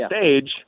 stage